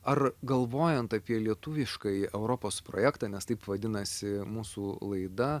ar galvojant apie lietuviškąjį europos projektą nes taip vadinasi mūsų laida